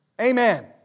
Amen